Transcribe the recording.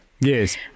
Yes